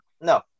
No